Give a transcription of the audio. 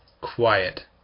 quiet